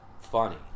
funny